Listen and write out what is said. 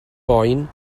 boen